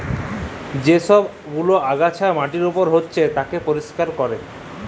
যে সব গুলা আগাছা মাটির উপর হচ্যে তাকে পরিষ্কার ক্যরা